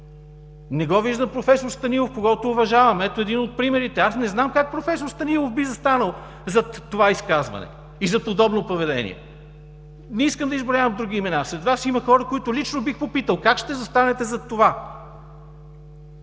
Не виждам проф. Станилов, когото уважавам. Ето един от примерите. Аз не знам как проф. Станилов би застанал зад това изказване и зад подобно поведение. Не искам да изброявам други имена. Сред Вас има хора, които лично бих попитал: как ще застанете зад това?